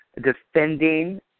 Defending